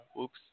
oops